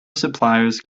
suppliers